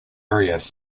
areas